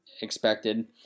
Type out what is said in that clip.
expected